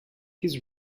his